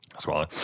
swallow